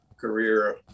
career